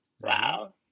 wow